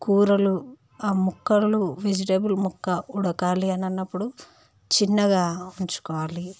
కూరలు ముక్కలు ఆ వెజిటేబుల్ ముక్క ఉడకాలి అని అన్నపుడు చిన్నగా ఉంచుకోవాలి